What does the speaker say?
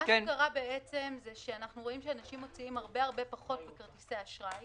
אנחנו רואים שאנשים מוציאים הרבה פחות בכרטיסי האשראי.